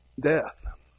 death